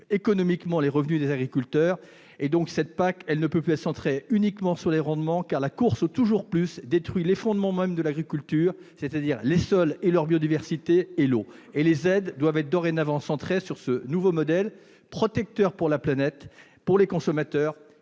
économiquement les revenus des agriculteurs. Par conséquent, la PAC ne peut plus être centrée uniquement sur les rendements. La course au « toujours plus » détruit en effet les fondements même de l'agriculture, c'est-à-dire les sols et leur biodiversité, ainsi que l'eau. Les aides doivent être dorénavant centrées sur ce nouveau modèle, à la fois protecteur pour la planète et les consommateurs